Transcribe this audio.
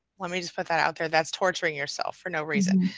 let me just put that out there, that's torturing yourself for no reason.